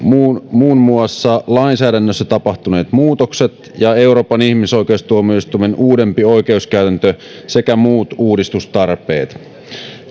muun muassa lainsäädännössä tapahtuneet muutokset ja euroopan ihmisoikeustuomioistuimen uudempi oikeuskäytäntö sekä muut uudistustarpeet